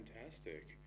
Fantastic